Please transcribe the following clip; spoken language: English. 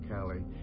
Callie